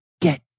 Get